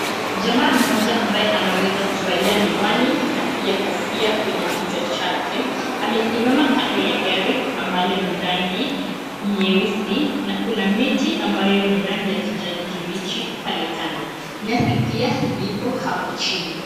Mwanaume mmoja ambaye ameweza kuvalia miwani na pia kofia kwenye kichwa chake amesimama kando ya gari ambao ni rangi nyeusi. Na kuna miti ambayo ni ya rangi ya kijani kibichi pale kando. Nyasi pia ziko hapo chini.